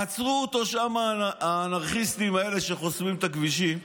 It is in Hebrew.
עצרו אותו שם האנרכיסטים האלה שחוסמים את הכבישים,